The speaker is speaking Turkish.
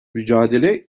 mücadele